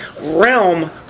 realm